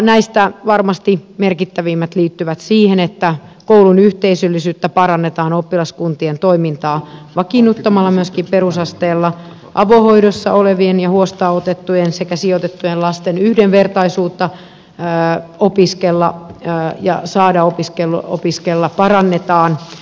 näistä varmasti merkittävimmät liittyvät siihen että koulun yhteisöllisyyttä parannetaan oppilaskuntien toimintaa vakiinnuttamalla myöskin perusasteella avohoidossa olevien ja huostaanotettujen sekä sijoitettujen lasten yhdenvertaisuutta opiskella ja saada opiskella parannetaan